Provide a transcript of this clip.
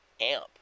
amp